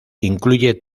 incluye